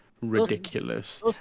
ridiculous